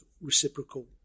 reciprocal